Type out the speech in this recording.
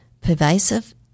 pervasive